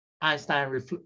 Einstein